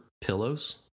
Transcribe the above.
pillows